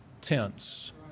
tense